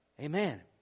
Amen